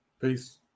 Peace